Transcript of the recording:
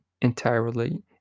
entirely